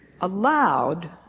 allowed